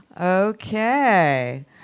Okay